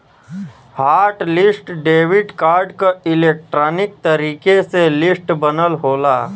hot list debit card क electronic तरीके से लिस्ट बनल होला